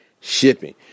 shipping